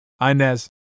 Inez